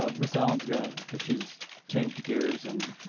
ah miss allan's going ah she's changed gears and